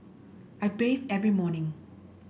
I bathe every morning